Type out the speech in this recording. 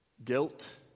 Guilt